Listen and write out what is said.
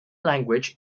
language